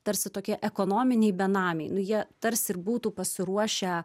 tarsi tokie ekonominiai benamiai nu jie tarsi ir būtų pasiruošę